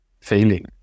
failing